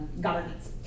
governance